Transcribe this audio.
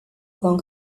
con